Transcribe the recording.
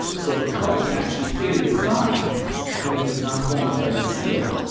so the plug can actually fit inside but it does not form a tight seal.